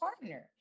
partner